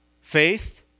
Faith